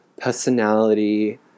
personality